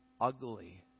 ugly